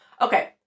Okay